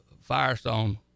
Firestone